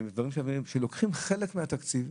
שלוקחים חלק מהתקציב,